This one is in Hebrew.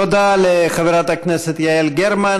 תודה לחברת הכנסת יעל גרמן.